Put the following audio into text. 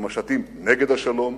זה משטים נגד השלום,